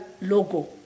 logo